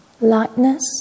lightness